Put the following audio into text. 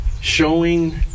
showing